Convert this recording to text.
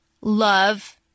love